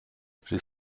j’ai